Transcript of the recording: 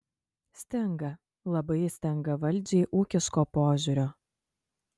stinga labai stinga valdžiai ūkiško požiūrio